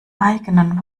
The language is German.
eigenen